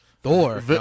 Thor